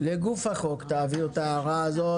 לגוף החוק, תעביר את ההערה הזאת.